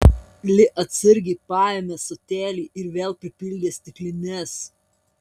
li atsargiai paėmė ąsotėlį ir vėl pripildė stiklines